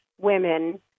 women